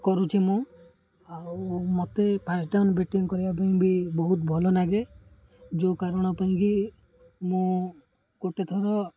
କରୁଛି ମୁଁ ଆଉ ମୋତେ ଫାଷ୍ଟ ଟାଇମ୍ ବେଟିଂ କରିବା ପାଇଁ ବି ବହୁତ ଭଲ ଲାଗେ ଯେଉଁ କାରଣ ପାଇଁ କି ମୁଁ ଗୋଟେଥର